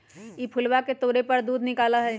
ई फूलवा के तोड़े पर दूध निकला हई